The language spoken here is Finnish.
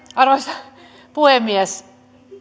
arvoisa puhemies